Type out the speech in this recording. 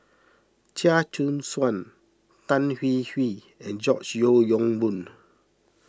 Chia Choo Suan Tan Hwee Hwee and George Yeo Yong Boon